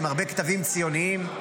עם הרבה כתבים ציוניים,